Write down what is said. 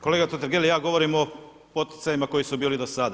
Kolega Totergeli, ja govorim o poticajima koji su bili do sada.